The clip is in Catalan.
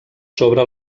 sobre